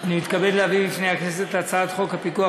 אני מתכבד להביא בפני הכנסת את הצעת חוק הפיקוח